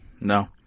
no